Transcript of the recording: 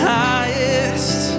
highest